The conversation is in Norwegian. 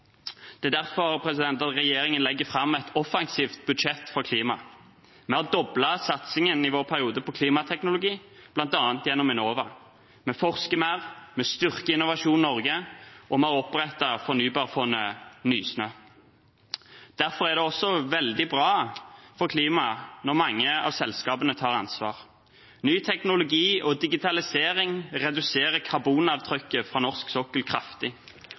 Det er derfor regjeringen legger fram et offensivt budsjett for klima. Vi har i vår periode doblet satsingen på klimateknologi, bl.a. gjennom Enova. Vi forsker mer, vi styrker Innovasjon Norge, og vi har opprettet fornybarfondet Nysnø. Derfor er det også veldig bra for klimaet når mange av selskapene tar ansvar. Ny teknologi og digitalisering reduserer karbonavtrykket fra norsk sokkel kraftig,